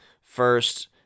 First